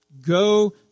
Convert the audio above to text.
Go